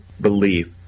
belief